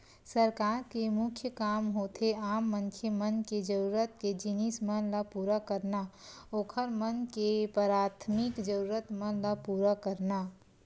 सरकार के मुख्य काम होथे आम मनखे मन के जरुरत के जिनिस मन ल पुरा करना, ओखर मन के पराथमिक जरुरत मन ल पुरा करना